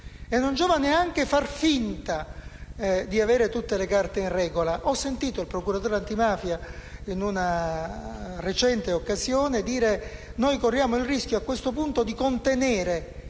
E non giova neanche far finta di avere tutte le carte in regola. Ho sentito il procuratore antimafia, in una recente occasione, dire che a questo punto corriamo il rischio di contenere